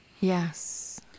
yes